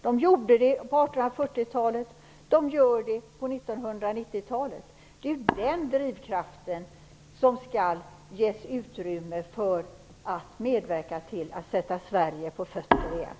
De gjorde det på 1840-talet, de gör det på 1990-talet. Det är den drivkraften som skall ges utrymme för att medverka till att sätta Sverige på fötter igen.